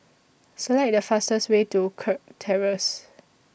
Select The fastest Way to Kirk Terrace